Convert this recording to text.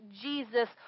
Jesus